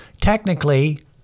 Technically